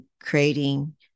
creating